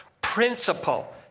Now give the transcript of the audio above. principle